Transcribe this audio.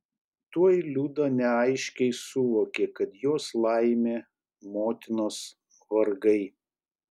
tuoj liuda neaiškiai suvokė kad jos laimė motinos vargai